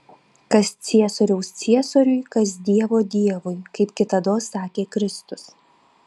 kas ciesoriaus ciesoriui kas dievo dievui kaip kitados sakė kristus